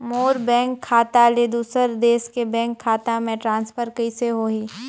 मोर bank खाता ले दुसर देश के बैंक खाता मे ट्रांसफर कइसे होही?